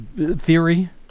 Theory